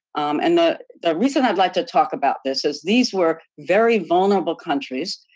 and the the reason i'd like to talk about this is these were very vulnerable countries,